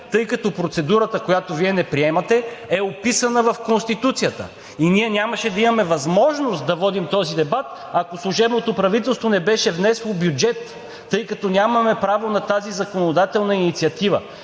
тъй като процедурата, която Вие не приемате, е описана в Конституцията и ние нямаше да имаме възможност да водим този дебат, ако служебното правителство не беше внесло бюджет, тъй като нямаме право на тази законодателна инициатива.